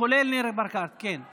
על אדם שהוצא כלפיו צו הגנה),